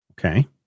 Okay